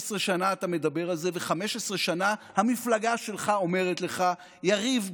15 שנה אתה מדבר על זה ו-15 שנה המפלגה שלך אומרת לך: יריב,